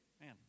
Man